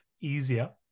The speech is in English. easier